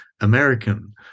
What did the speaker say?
American